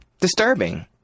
disturbing